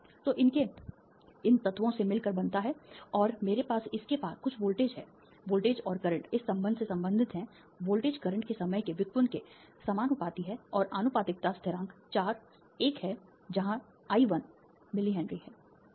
तो इसके इन तत्वों से मिलकर बनता है और मेरे पास इसके पार कुछ वोल्टेज है वोल्टेज और करंट इस संबंध से संबंधित हैं वोल्टेज करंट के समय के व्युत्पन्न के समानुपाती है और आनुपातिकता स्थिरांक चार l है जहां l 1 मिली हेनरी है